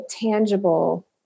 tangible